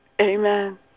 Amen